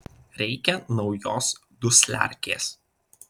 reikia naujos dusliarkės